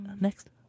next